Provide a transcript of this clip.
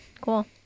Cool